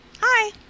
Hi